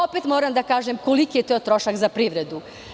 Opet moram da kažem koliki je to trošak za privredu.